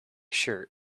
shirt